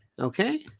okay